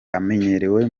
amenyerewe